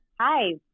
Hi